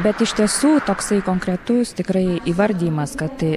bet iš tiesų toksai konkretus tikrai įvardijimas kad